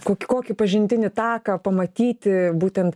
kokį kokį pažintinį taką pamatyti būtent